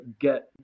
get